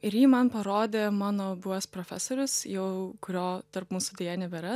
ir jį man parodė mano buvęs profesorius jau kurio tarp mūsų deja nebėra